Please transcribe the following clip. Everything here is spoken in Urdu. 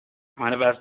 ہمارے پاس